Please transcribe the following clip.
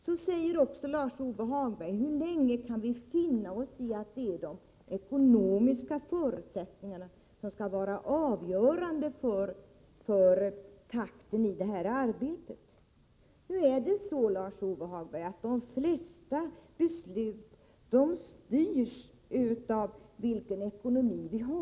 Så frågar Lars-Ove Hagberg hur länge vi kan finna oss i att de ekonomiska — Nr 22 förutsättningarna skall vara avgörande för takten i det här arbetet. Nu är det Onsdagen den så, Lars-Ove Hagberg, att de flesta beslut styrs av vilken ekonomi vi har.